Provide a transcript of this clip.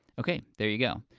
okay. there you go.